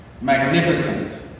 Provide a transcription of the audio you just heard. magnificent